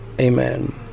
amen